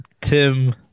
Tim